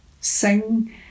Sing